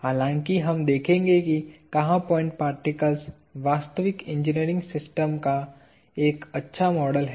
हालांकि हम देखेंगे कि कहां पॉइंट पार्टिकल्स वास्तविक इंजीनियरिंग सिस्टम का एक अच्छा मॉडल है